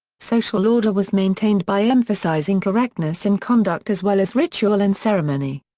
social order was maintained by emphasizing correctness in conduct as well as ritual and ceremony.